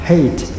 Hate